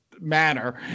manner